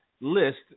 list